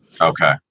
Okay